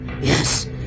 Yes